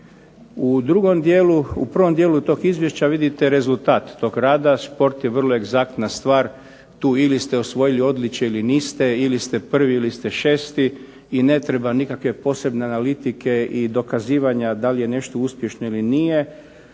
U prvom dijelu tog izvješća vidite rezultat tog rada. Sport je vrlo egzaktna stvar. tu ili ste osvojili odličje ili niste ili ste 1. ili ste 6. i ne treba nikakve posebne analitike i dokazivanja da li je nešto uspješno ili nije.